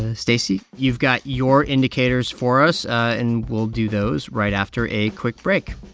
ah stacey, you've got your indicators for us. and we'll do those right after a quick break